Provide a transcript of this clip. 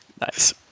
Nice